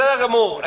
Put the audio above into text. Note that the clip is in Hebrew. בסדר גמור.